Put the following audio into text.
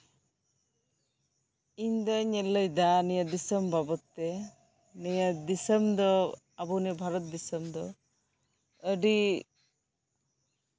ᱤᱧ ᱫᱩᱧ ᱞᱟᱹᱭᱫᱟ ᱱᱚᱣᱟ ᱫᱤᱥᱚᱢ ᱵᱟᱵᱚᱫᱛᱮ ᱱᱤᱭᱟᱹ ᱫᱤᱥᱚᱢ ᱫᱚ ᱱᱤᱭᱟᱹ ᱵᱷᱟᱨᱚᱛ ᱫᱤᱥᱚᱢ ᱫᱚ ᱟᱹᱰᱤ